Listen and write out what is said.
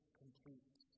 complete